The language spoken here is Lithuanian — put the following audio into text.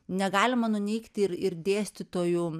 negalima nuneigti ir ir dėstytojų